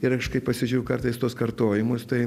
ir aš kai pasižiūriu kartais tuos kartojimus tai